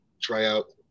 tryout